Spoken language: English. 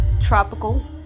tropical